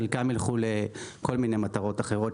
חלקם יילכו לכל מיני מטרות אחרות,